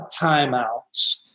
timeouts